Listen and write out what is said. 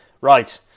Right